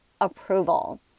approval